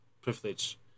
privilege